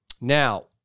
Now